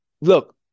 look